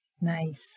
Nice